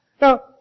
Now